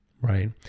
right